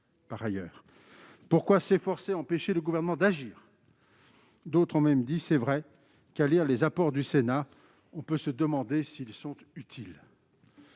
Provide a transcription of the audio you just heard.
demandé !- Pourquoi s'efforcer d'empêcher le Gouvernement d'agir ?» D'autres ont même dit :« C'est vrai qu'à lire les apports du Sénat, on peut se demander s'ils sont utiles.